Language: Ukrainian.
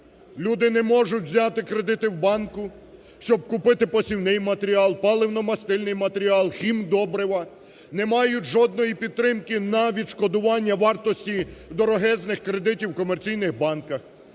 Люди не можуть взяти кредити в банку, щоб купити посівний матеріал, паливно-мастильний матеріал, хімдобрива. Не мають жодної підтримки на відшкодування вартості дорогезних кредитів в комерційних банках.